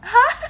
!huh!